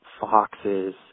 foxes